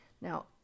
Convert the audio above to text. Now